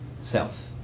self